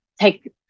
take